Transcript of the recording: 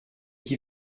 qui